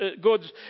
goods